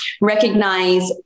recognize